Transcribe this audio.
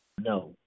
No